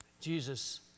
Jesus